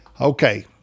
Okay